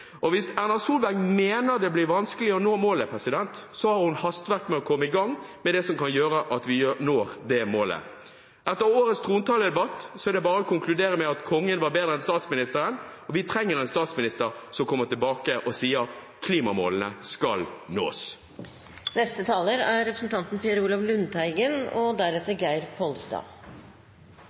Hvis Erna Solberg mener det blir vanskelig å nå målet, har hun hastverk med å komme i gang med det som kan gjøre at vi når det målet. Etter årets trontaledebatt er det bare å konkludere med at kongen var bedre enn statsministeren. Vi trenger en statsminister som kommer tilbake og sier: Klimamålene skal nås.